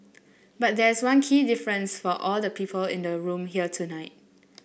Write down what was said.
but there is one key difference for all the people in the room here tonight